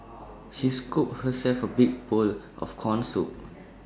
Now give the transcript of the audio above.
she scooped herself A big bowl of Corn Soup